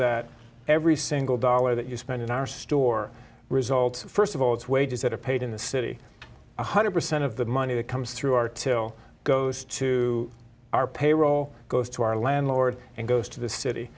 that every single dollar that you spend in our store results first of all it's wages that are paid in the city one hundred percent of the money that comes through our till goes to our payroll goes to our landlord and goes to the city